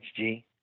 HG